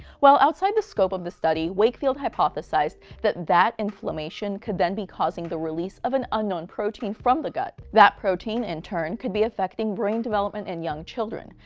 well, outside the scope of the study, wakefield hypothesized that that inflammation could then be causing the release of an unknown protein from the gut. that protein, in and turn, could be affecting brain development in young children.